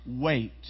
wait